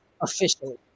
officially